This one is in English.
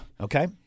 Okay